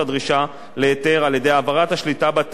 העברת השליטה בתאגיד שלו ניתן הרשיון.